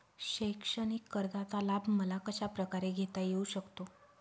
शैक्षणिक कर्जाचा लाभ मला कशाप्रकारे घेता येऊ शकतो?